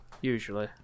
usually